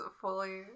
fully